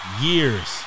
years